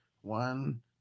One